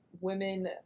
women